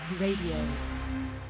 Radio